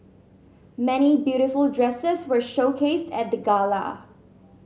many beautiful dresses were showcased at the gala